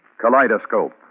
Kaleidoscope